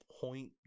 point